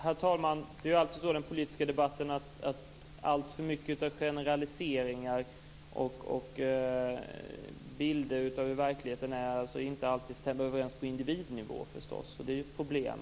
Herr talman! Det är ofta så i den politiska debatten att generaliseringar och bilder av hur verkligheten ser ut inte alltid stämmer överens på individnivå. Det är ju ett problem.